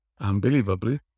Unbelievably